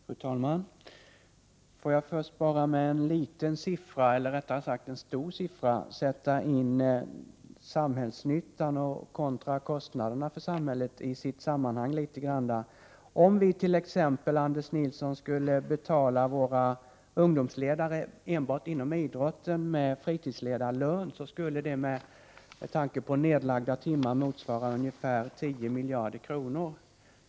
Fru talman! Får jag först med en liten siffra — fast beloppet är stort — sätta in samhällsnyttan kontra samhällets kostnader i sitt sammanhang. Om vi enbart inom idrotten t.ex. skulle betala våra ungdomsledare med fritidsledarlön, skulle det motsvara ungefär 10 miljarder kronor.